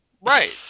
Right